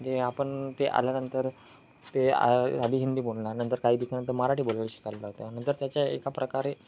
जे आपण ते आल्यानंतर ते आधी हिंदी बोलणार नंतर काही दिवसानंतर मराठी बोलवायला शिकायला लागतं नंतर त्याच्या एका प्रकारे